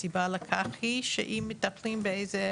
הסיבה לכך היא שאם מטפלים באיזה